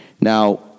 Now